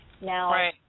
Now